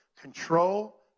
Control